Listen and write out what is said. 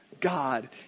god